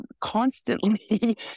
constantly